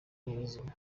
nyirizina